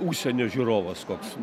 užsienio žiūrovas koks